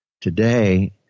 Today